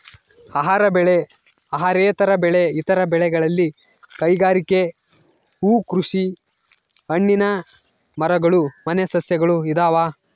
ಆಹಾರ ಬೆಳೆ ಅಹಾರೇತರ ಬೆಳೆ ಇತರ ಬೆಳೆಗಳಲ್ಲಿ ಕೈಗಾರಿಕೆ ಹೂಕೃಷಿ ಹಣ್ಣಿನ ಮರಗಳು ಮನೆ ಸಸ್ಯಗಳು ಇದಾವ